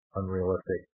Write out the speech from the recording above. unrealistic